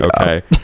Okay